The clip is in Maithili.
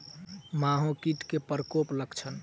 माहो कीट केँ प्रकोपक लक्षण?